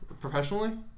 Professionally